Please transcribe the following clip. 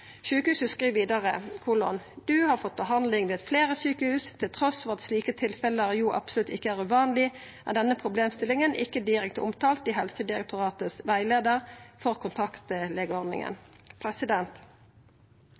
Sjukehuset skriv vidare: Du har fått behandling ved fleire sjukehus. Trass i at slike tilfelle absolutt ikkje er uvanleg, er denne problemstillinga ikkje direkte omtalt i Helsedirektoratets rettleiar for